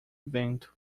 vento